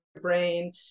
brain